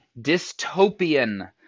dystopian